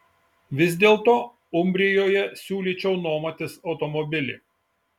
vis dėlto umbrijoje siūlyčiau nuomotis automobilį